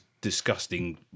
disgusting